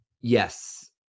Yes